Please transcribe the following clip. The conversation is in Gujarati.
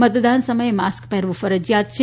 મતદાન સમયે માસ્ક પહેરવું ફરજીયાત છે